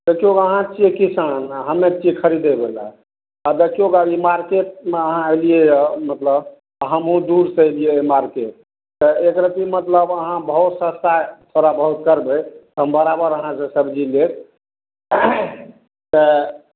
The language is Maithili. देखियौ अहाँ छियै किसान हमे छियै खरीदयवला आओर देखियौ मार्केटमे अहाँ अयलियै मतलब हमहुँ दूरसँ अयलियै मार्केट तऽ एकरती मतलब अहाँ भाओ सस्ता करबय थोड़ा बहुत करबय तऽ हम बराबर अहाँसँ सब्जी लेब तऽ